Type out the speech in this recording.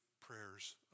prayers